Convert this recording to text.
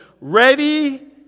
ready